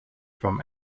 from